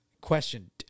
question